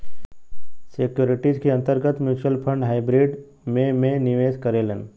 securities के अंतर्गत mutual fund hybrid में में निवेश करेलन